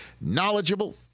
knowledgeable